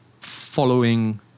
following